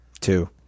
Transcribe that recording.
Two